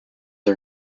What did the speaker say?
are